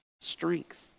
Strength